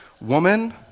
Woman